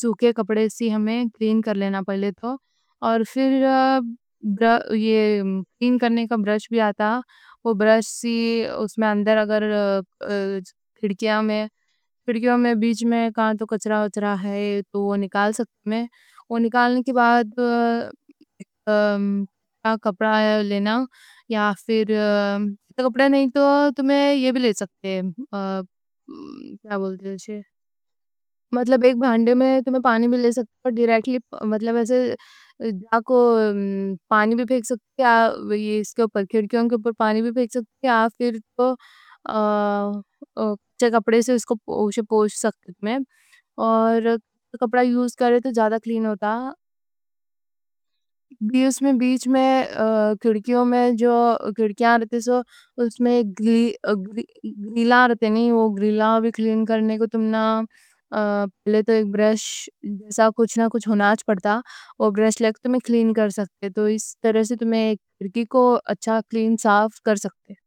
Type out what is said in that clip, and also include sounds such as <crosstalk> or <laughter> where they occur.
سُکھّے کپڑے سی ہمیں کلین کر لینا پہلے تو، اور پھر <hesitation> کلین کرنے کا۔ برش بھی آتا، وہ برش سی اندر اگر <hesitation> کھڑکیاں میں، کھڑکیاں میں بیچ۔ میں کہاں تو کچرا ہو رہا ہے تو وہ نکال سکتے ہیں، وہ نکالنے۔ کے بعد <hesitation> کپڑا لینا یا پھر کپڑا نہیں تو تمہیں یہ۔ بھی لے سکتے ہیں <hesitation> مطلب ایک بھانڈے میں تمہیں پانی بھی لے سکتے ہیں۔ ڈائریکٹلی مطلب ایسے کھڑکیاں پہ پانی بھی پھیک سکتے ہیں، پانی بھی پھیک سکتے ہیں <hesitation> پانی کو اچھا۔ اچھے کپڑا یوز کرے تو زیادہ کلین ہوتا۔ بیچ میں جو کھڑکیاں رہتی، اس میں جو گیلا رہتے نی وہ <hesitation> گیلا وی کلین کریں کو تم نہ پہلے تو ایک برش جیسا کچھ نا کچھ ہونا پڑتا۔ وہ برش لے کے کلین صاف کر سکتے ہیں۔ تو اس طرح سے تم نے کھڑکی کو اچھا کلین صاف کر سکتے۔